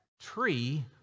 tree